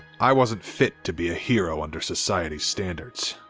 i wasn't fit to be a hero under society standards,